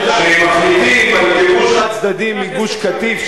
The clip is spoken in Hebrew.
כשמחליטים על גירוש חד-צדדי מגוש-קטיף,